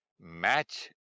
Match